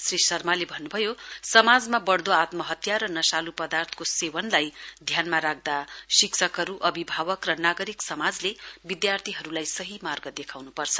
श्री शर्माले भन्नुभयो समाजमा बढ़दो आत्महत्या र नशाल्पदार्थको सेवनलाई ध्यानमा राख्दा शिक्षकहरू अभिभावक र नागरिक समाजले विधार्थीहरूलाई सही मार्ग देखाउनुपर्छ